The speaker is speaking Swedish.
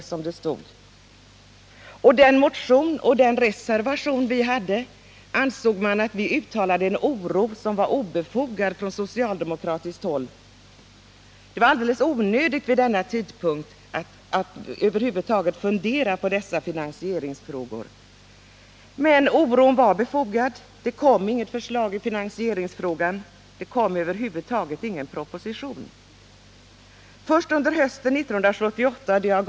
Vi socialdemokrater väckte en motion och skrev en reservation, där vi uttalade vår oro, men vi fick veta att oron var obefogad och att det var helt onödigt vid den tidpunkten att över huvud taget fundera på finansieringsfrågorna. Men oron var befogad. Det kom inget förslag i finansieringsfrågan. Det kom över huvud taget ingen proposition. Först under hösten 1978 kom en proposition.